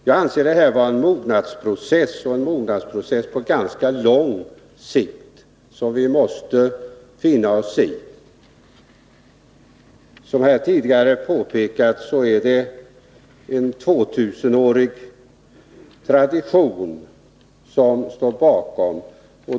Jag anser att detta är en mognadsprocess på ganska lång sikt för kyrkan och något som vi måste finna oss i. Som jag tidigare påpekat är det fråga om en tvåtusenårig tradition.